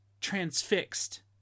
transfixed